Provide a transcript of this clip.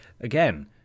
Again